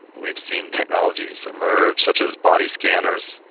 we've seen technologies emerge, such as body-scanners,